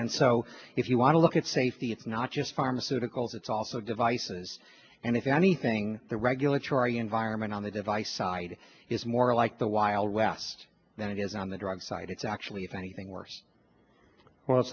and so if you want to look at safety it's not just pharmaceuticals it's also devices and if anything the regulatory environment on the device side is more like the wild west than it is on the drug side it's actually if anything worse well it